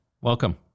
Welcome